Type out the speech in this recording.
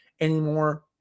anymore